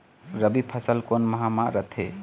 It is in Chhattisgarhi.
रबी फसल कोन माह म रथे?